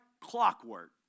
clockwork